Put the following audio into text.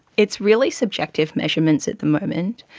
it's really subjective measurements at the moment.